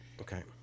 Okay